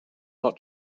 not